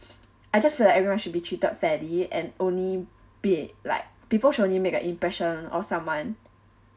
I just feel that everyone should be treated fairly and only be like people should only make an impression on someone